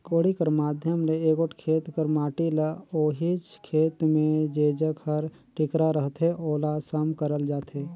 कोड़ी कर माध्यम ले एगोट खेत कर माटी ल ओहिच खेत मे जेजग हर टिकरा रहथे ओला सम करल जाथे